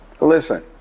listen